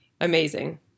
amazing